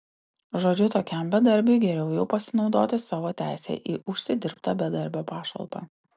žodžiu tokiam bedarbiui geriau jau pasinaudoti savo teise į užsidirbtą bedarbio pašalpą